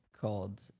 called